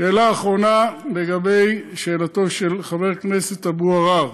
שאלה אחרונה, לגבי שאלתו של חבר הכנסת אבו עראר.